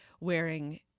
wearing